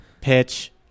pitch